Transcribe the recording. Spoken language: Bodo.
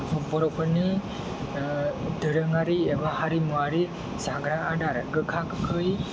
बर'फोरनि दोरोंआरि एबा हारिमुवारि जाग्रा आदार गोखा गोखै